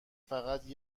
فقط